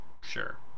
Sure